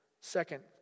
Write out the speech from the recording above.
Second